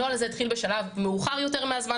הנוהל הזה התחיל בשלב מאוחר יותר מהזמן